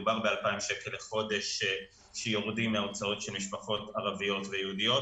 מדובר ב-2,000 שקל לחודש שיורדים מההוצאות של משפחות ערביות ויהודיות,